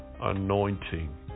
anointing